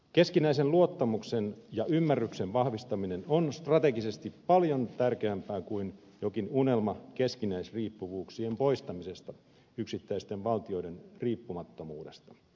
keskinäisen luottamuksen ja ymmärryksen vahvistaminen on strategisesti paljon tärkeämpää kuin jokin unelma keskinäisriippuvuuksien poistamisesta ja yksittäisten valtioiden riippumattomuudesta